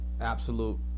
absolute